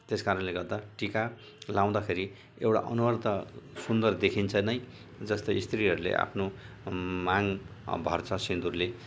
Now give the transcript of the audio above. त्यस कारणले गर्दा टिका लगाउँदाखेरि एउटा अनुहार त सुन्दर देखिन्छ नै जस्तै स्त्रीहरूले आफ्नो माग भर्छ सिन्दुरले